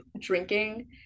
drinking